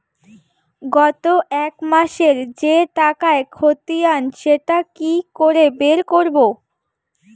গত এক মাসের যে টাকার খতিয়ান সেটা কি করে বের করব?